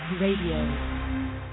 Radio